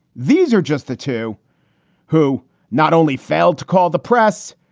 these are just the two who not only failed to call the press,